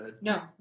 No